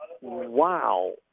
Wow